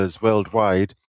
worldwide